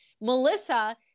Melissa